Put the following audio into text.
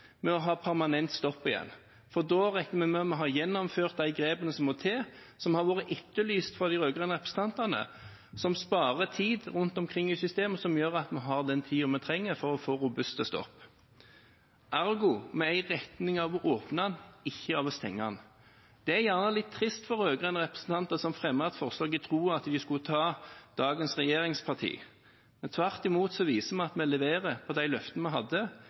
med å ha permanent stopp igjen, for da regner vi med at vi har gjennomført de grepene som må til, som har vært etterlyst fra de rød-grønne representantene, som sparer tid i systemet, og som gjør at vi har den tiden vi trenger for å få robuste stopp. Ergo er vi i retning av å åpne stasjonen, ikke av å stenge den. Det er gjerne litt trist for rød-grønne representanter, som fremmet et forslag i troen på at de skulle ta dagens regjeringsparti. Men vi viser tvert imot at vi leverer på de løftene vi hadde.